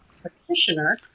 practitioner